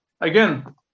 Again